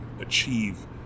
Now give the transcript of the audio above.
achieve